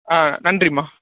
ஆ நன்றிம்மா